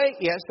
Yes